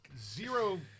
zero